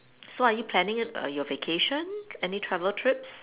so are you planning it err your vacation any travel trips